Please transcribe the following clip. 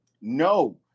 No